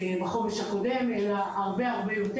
אלא הרבה יותר.